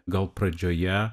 gal pradžioje